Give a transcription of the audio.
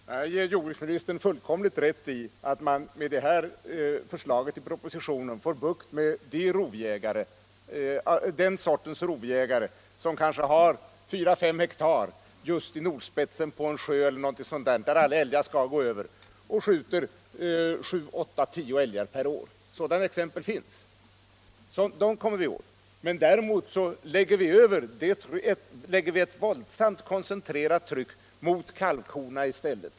Herr talman! Jag ger jordbruksministern fullkomligt rätt i att man med förslaget i propositionen får bukt med den sortens rovjägare som kanske har fyra eller fem hektar just i nordspetsen på en sjö eller något liknande där alla älgar skall gå över och som skjuter sju, åtta eller tio älgar per år. Sådana exempel finns. Dessa rovjägare kommer vi åt. Däremot lägger vi ett våldsamt koncentrerat tryck mot kalvkorna.